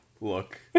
Look